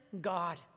God